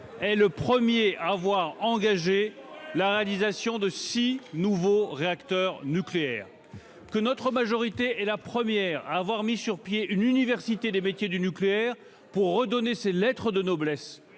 est le premier à avoir engagé la réalisation de six nouveaux réacteurs nucléaires et que notre majorité est la première à avoir mis sur pied une université des métiers du nucléaire pour redonner ses lettres de noblesse